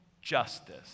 justice